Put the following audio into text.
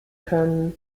können